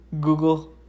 Google